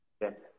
Yes